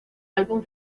álbum